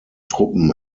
truppen